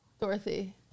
Dorothy